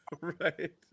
Right